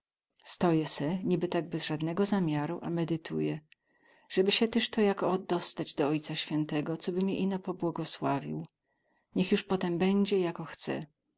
stoję se niby tak bez zadnego zamiaru a medytuję zeby sie tyz to jako dostać do ojca świętego coby mie ino pobłogosławię niech juz potem bedzie jako chce